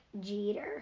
Jeter